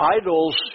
idols